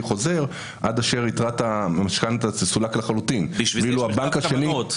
חוזר עד אשר יתרת המשכנתה תסולק לחלוטין -- בשביל זה יש מכתב כוונות.